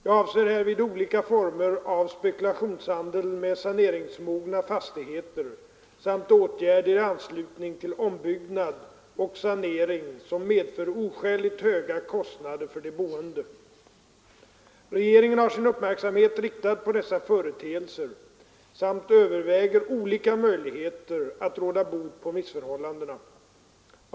Jag avser härvid olika former av spekulationshandel med saneringsmogna fastigheter samt åtgärder i anslutning till ombyggnad och sanering som medför oskäligt höga kostnader för de boende. Regeringen har sin uppmärksamhet riktad på dessa företeelser samt överväger olika möjligheter att råda bot på missförhållandena.